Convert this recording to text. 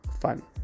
fun